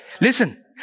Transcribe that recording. Listen